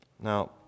Now